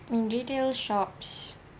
in retail shops